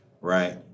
right